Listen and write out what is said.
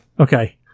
Okay